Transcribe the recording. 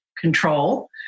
control